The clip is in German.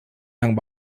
langen